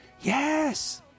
Yes